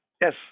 Yes